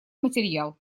материал